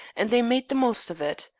and they made the most of it.